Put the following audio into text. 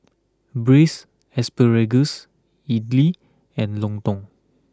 Braised Asparagus Idly and Lontong